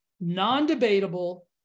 non-debatable